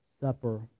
supper